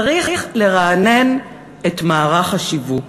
צריך לרענן את מערך השיווק,